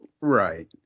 Right